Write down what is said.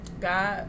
God